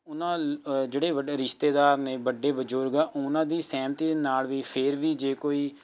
ਉਹਨਾ ਜਿਹੜੇ ਵੱਡੇ ਰਿਸ਼ਤੇਦਾਰ ਨੇ ਵੱਡੇ ਬਜ਼ੁਰਗ ਆ ਉਹਨਾਂ ਦੀ ਸਹਿਮਤੀ ਦੇ ਨਾਲ ਵੀ ਫੇਰ ਵੀ ਜੇ ਕੋਈ